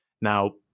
Now